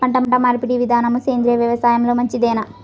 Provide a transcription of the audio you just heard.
పంటమార్పిడి విధానము సేంద్రియ వ్యవసాయంలో మంచిదేనా?